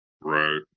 Right